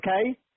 Okay